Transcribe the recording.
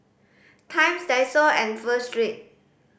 Times Daiso and Pho Street